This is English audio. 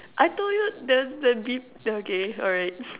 I told you the the okay alright